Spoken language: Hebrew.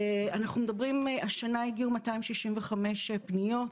השנה הגיעו 265 פניות,